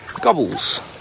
Gobbles